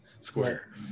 square